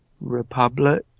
republic